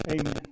Amen